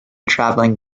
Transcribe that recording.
traveling